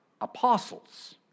apostles